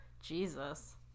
Jesus